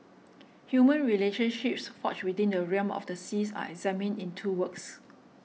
human relationships forged within the realm of the seas are examined in two works